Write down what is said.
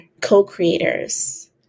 co-creators